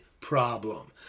problem